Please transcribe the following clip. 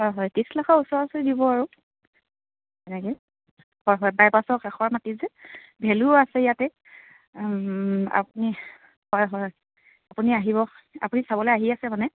হয় হয় ত্ৰিছ লাখৰ ওচৰাউচৰি দিব আৰু এনেকৈ হয় হয় বাইপাছৰ কাষৰ মাটি যে ভেলুও আছে ইয়াতে আপুনি হয় হয় আপুনি আহিব আপুনি চাবলৈ আহি আছে মানে